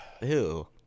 Ew